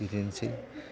बिदिनोसै